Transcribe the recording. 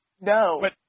No